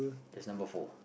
it's number four